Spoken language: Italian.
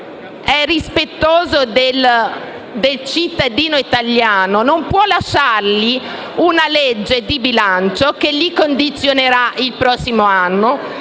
rispettoso dei cittadini italiani, non può lasciare loro una legge di bilancio che li condizionerà il prossimo anno,